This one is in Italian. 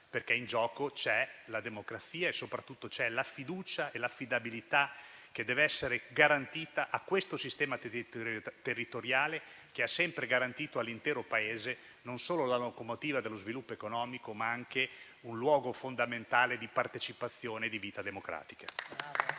perché in gioco c'è la democrazia e soprattutto ci sono la fiducia e l'affidabilità, che devono essere garantite a questo sistema territoriale, che ha sempre garantito all'intero Paese, non solo la locomotiva dello sviluppo economico, ma anche un luogo fondamentale di partecipazione e di vita democratica.